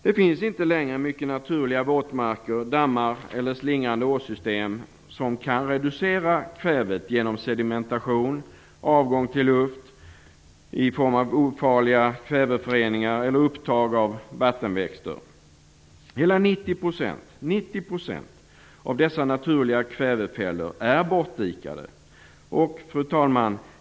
Det finns inte längre mycket naturliga våtmarker, dammar eller slingrande åsystem som kan reducera kvävet genom sedimentation, avgång till luft i form av ofarliga kväveföreningar eller upptag av vattenväxter. Hela 90 % av dessa naturliga kvävefällor är bortdikade.